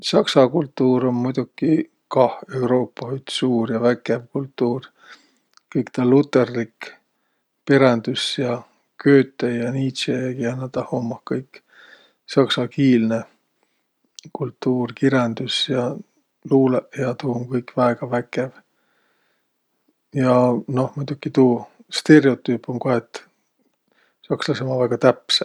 S'aksa kultuur um muidoki kah Euruupa üts suur ja väkev kultuur. Kõik taa lutõrlik perändüs ja Goethe ja Nietzhe ja kiä naaq tah ummaq kõik. S'aksakiilne kultuur, kirändüs ja luulõq ja tuu um kõik väega väkev. Ja noh muidoki tuu stereotüüp um ka, et s'akslasõq umma väega täpsäq.